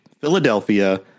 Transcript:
Philadelphia